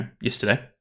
yesterday